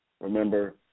remember